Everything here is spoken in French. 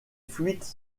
fuites